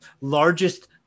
largest